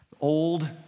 old